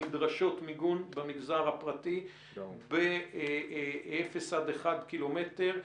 הנדרשות מיגון במגזר הפרטי באפס עד אחד קילומטר.